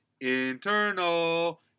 internal